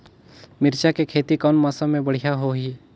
मिरचा के खेती कौन मौसम मे बढ़िया होही?